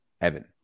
evan